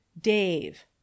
dave